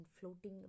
floating